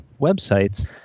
websites